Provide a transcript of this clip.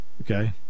okay